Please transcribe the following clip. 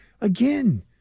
again